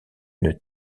une